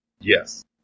Yes